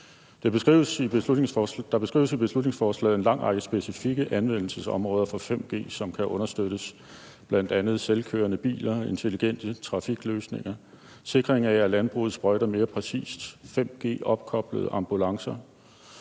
Der beskrives i beslutningsforslaget en lang række specifikke anvendelsesområder for 5G, som kan understøttes, bl.a. selvkørende biler, intelligente trafikløsninger, sikring af, at landbruget sprøjter mere præcis, og 5G-opkoblede ambulancer.